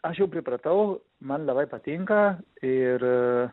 aš jau pripratau man labai patinka ir